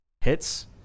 hits